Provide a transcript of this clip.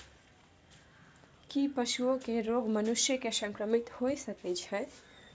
की पशुओं के रोग मनुष्य के संक्रमित होय सकते है?